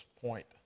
point